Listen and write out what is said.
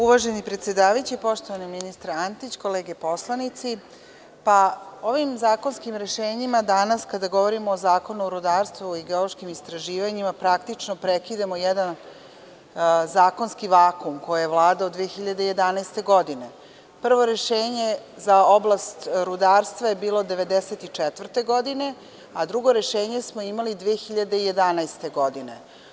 Uvaženi predsedavajući, poštovani ministre Antić, kolege poslanici, ovim zakonskim rešenjima danas kada govorimo o Zakonu o rudarstvu i geološkim istraživanjima praktično prekidamo jedan zakonski vakum, koji je Vlada od 2011 godine, prvo rešenje za oblast rudarstva je bilo 1994. godine, a drugo smo imali 2011. godine.